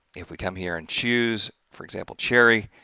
if we come here and choose, for example, cherry,